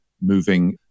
moving